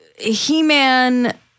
He-Man